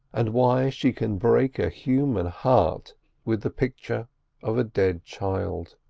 and why she can break a human heart with the picture of a dead child.